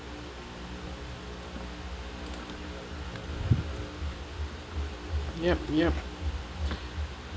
yup yup